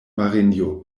marinjo